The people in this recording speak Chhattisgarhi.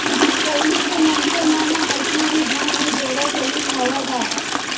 पहिली के मनखे मन ह अइसने ही धन नइ जोरत रिहिस हवय गा